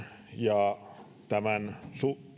ja tätä